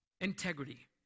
Integrity